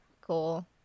cool